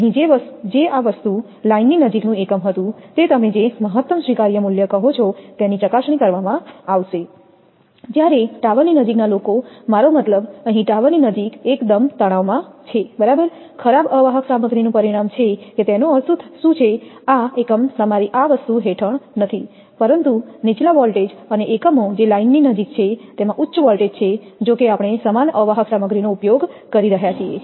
અહીં જે આ વસ્તુ લાઇનની નજીકનું એકમ હતું તે તમે જે મહત્તમ સ્વીકાર્ય મૂલ્ય કહો છો તેની ચકાસણી કરવામાં આવશે જ્યારે ટાવરની નજીકના લોકો મારો મતલબ અહીં ટાવરની નજીક એકદમ તણાવમાં છે બરાબર ખરાબ અવાહક સામગ્રી નું પરિણામ છે કે તેનો અર્થ શું છે આ એકમ તમારી આ વસ્તુ હેઠળ નથીપરંતુ નીચલા વોલ્ટેજ અને એકમો જે લાઇનની નજીક છે તેમાં ઉચ્ચ વોલ્ટેજ છે જો કે આપણે સમાન અવાહક સામગ્રીનો ઉપયોગ કરી રહ્યા છીએ